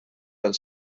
del